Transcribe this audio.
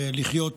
לחיות